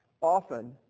often